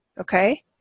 Okay